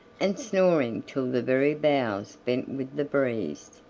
and snoring till the very boughs bent with the breeze.